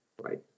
right